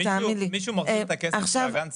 מישהו מחזיר את הכסף כשהגן סגור?